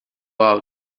out